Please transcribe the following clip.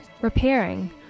repairing